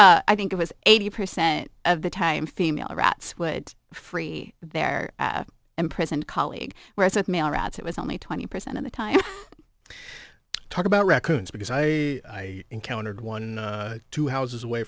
i think it was eighty percent of the time female rats would free their imprisoned colleague whereas a male rats it was only twenty percent of the time talk about records because i encountered one and two houses away